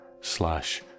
slash